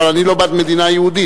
אבל אני לא בעד מדינה יהודית.